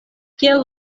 kiel